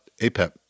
APEP